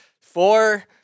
four